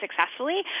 successfully